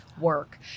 work